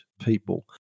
people